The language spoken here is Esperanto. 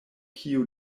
kiu